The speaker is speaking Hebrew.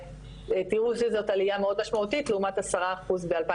תראו שזאת עליה מאוד משמעותית לעומת 10 אחוזים בשנת